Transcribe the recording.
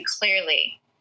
clearly